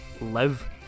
live